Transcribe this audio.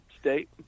state